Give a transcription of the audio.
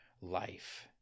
life